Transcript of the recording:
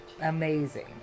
amazing